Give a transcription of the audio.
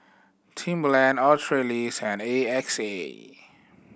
Timberland Australis and A X A